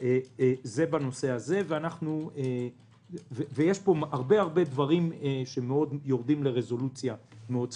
יש פה הרבה דברים שיורדים לרזולוציה מאוד ספציפית.